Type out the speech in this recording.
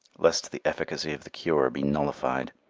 lest the efficacy of the cure be nullified.